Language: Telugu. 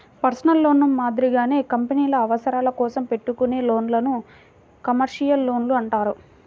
పర్సనల్ లోన్లు మాదిరిగానే కంపెనీల అవసరాల కోసం పెట్టుకునే లోన్లను కమర్షియల్ లోన్లు అంటారు